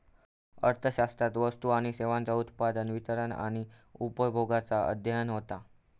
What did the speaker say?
अर्थशास्त्रात वस्तू आणि सेवांचा उत्पादन, वितरण आणि उपभोगाचा अध्ययन होता